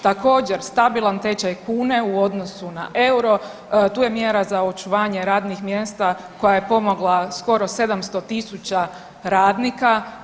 Također stabilan tečaj kune u odnosu na euro, tu je mjera za očuvanje radnih mjesta koja je pomogla skoro 700.000 radnika.